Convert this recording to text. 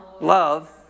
love